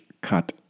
cut